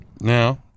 Now